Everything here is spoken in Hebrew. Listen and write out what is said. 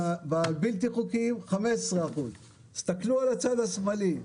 בבלתי חוקיים, 15%. תסתכלו על הצד השמאלי,